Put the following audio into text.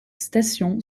station